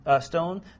stone